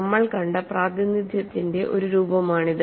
നമ്മൾ കണ്ട പ്രാതിനിധ്യത്തിന്റെ ഒരു രൂപമാണിത്